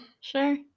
sure